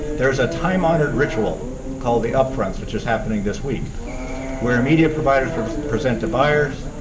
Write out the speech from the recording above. there's a time-honored ritual called the upfronts which is happening this week where media providers sort of present to buyers.